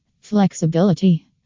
Flexibility